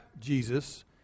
Jesus